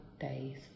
days